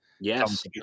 Yes